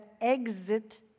exit